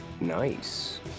Nice